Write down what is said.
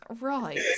Right